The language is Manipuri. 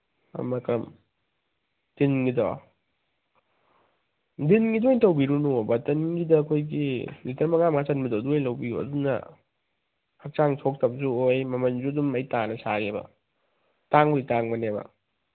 ꯎꯝ ꯇꯤꯟꯒꯤꯗꯣ ꯗꯤꯟꯒꯤꯗꯣ ꯑꯣꯏꯅ ꯇꯧꯕꯤꯔꯨꯅꯨꯋꯣ ꯕꯇꯟ ꯑꯩꯈꯣꯏꯒꯤ ꯂꯤꯇꯔ ꯃꯉꯥ ꯃꯉꯥ ꯆꯟꯕꯗꯣ ꯑꯗꯨ ꯑꯣꯏꯅ ꯂꯧꯕꯤꯌꯣ ꯑꯗꯨꯅ ꯍꯛꯆꯥꯡ ꯁꯣꯛꯇꯕꯁꯨ ꯑꯣꯏ ꯃꯃꯟꯁꯨ ꯑꯗꯨꯝ ꯑꯩ ꯇꯥꯅ ꯁꯥꯒꯦꯕ ꯇꯥꯡꯕꯨꯗꯤ ꯇꯥꯡꯕꯅꯦꯕ